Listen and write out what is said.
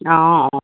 অঁ অঁ